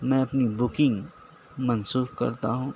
میں اپنی بکنگ منسوخ کرتا ہوں